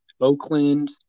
oakland